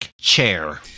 chair